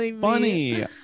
funny